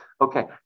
Okay